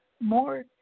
more